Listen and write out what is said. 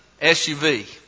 SUV